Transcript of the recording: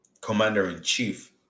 commander-in-chief